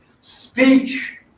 Speech